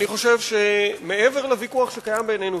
אני חושב שמעבר לוויכוח שקיים בינינו,